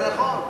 זה נכון.